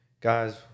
guys